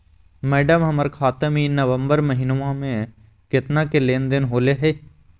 madam, हमर खाता में ई नवंबर महीनमा में केतना के लेन देन होले है